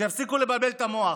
שיפסיקו לבלבל את המוח.